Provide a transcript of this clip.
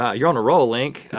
ah you're on a roll, link.